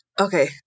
Okay